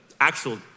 actual